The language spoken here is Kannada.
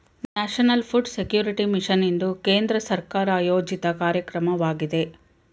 ನ್ಯಾಷನಲ್ ಫುಡ್ ಸೆಕ್ಯೂರಿಟಿ ಮಿಷನ್ ಇದು ಕೇಂದ್ರ ಸರ್ಕಾರ ಆಯೋಜಿತ ಕಾರ್ಯಕ್ರಮವಾಗಿದೆ